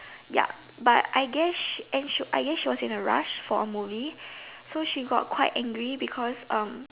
ya but I guess and she was in a rush for a movie so she got quite angry because um